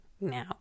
Now